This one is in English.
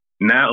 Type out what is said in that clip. now